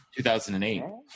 2008